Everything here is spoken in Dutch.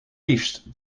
liefst